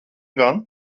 gan